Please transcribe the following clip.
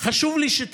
היה ב-2010.